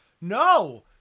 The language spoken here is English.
No